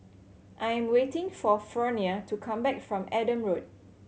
I'm waiting for Fronia to come back from Adam Road